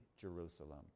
Jerusalem